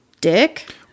dick